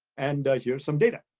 and here's some data.